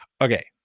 okay